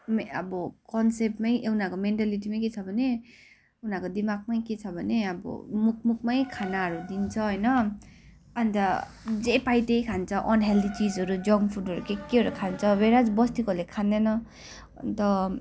अब कन्सेपमै उनीहरूको मेन्टालिटी नै के छ भने उनीहरूको दिमागमै के छ भने अब मुख मुखमै खानाहरू दिन्छ होइन अन्त जे पायो त्यही खान्छ अनहेल्दी चिजहरू जङ्क फुडहरू के केहरू खान्छ ह्वेर एज बस्तीकोहरूले खाँदैन अन्त